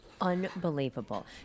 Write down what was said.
Unbelievable